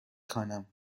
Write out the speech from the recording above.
خوانم